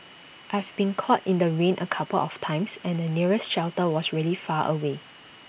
I've been caught in the rain A couple of times and the nearest shelter was really far away